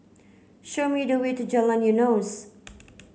show me the way to Jalan Eunos